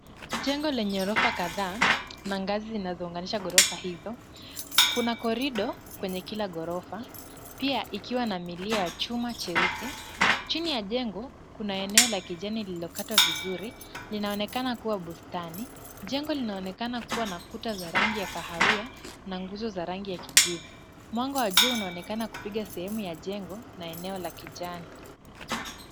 Jengo lenye ghorofa kadhaa na ngazi zinazounganisha ghorofa hizo. Kuna korido kwenye kila ghorofa, pia ikiwa na milia ya chuma cheusi. Chini ya jengo, kuna eneo la kijani lililokatwa vizuri, linaonekana kuwa bustani. Jengo linaonekana kuwa na kuta za rangi ya kahawia na nguzo za rangi ya kijivu. Mwanga wa jua unaonekana kupiga sehemu ya jengo na eneo la kijani.